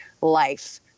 life